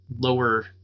lower